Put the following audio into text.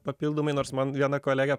papildomai nors man viena kolegė